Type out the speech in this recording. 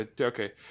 Okay